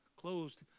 closed